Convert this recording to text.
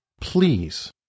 please